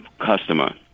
customer